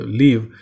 leave